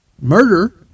Murder